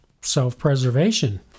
self-preservation